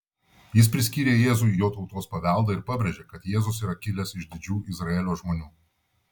jis priskyrė jėzui jo tautos paveldą ir pabrėžė kad jėzus yra kilęs iš didžių izraelio žmonių